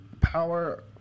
power